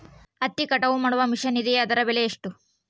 ಹತ್ತಿ ಕಟಾವು ಮಾಡುವ ಮಿಷನ್ ಇದೆಯೇ ಅದರ ಬೆಲೆ ಎಷ್ಟು?